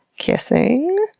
kissing?